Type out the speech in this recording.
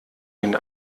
den